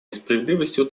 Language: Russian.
несправедливостью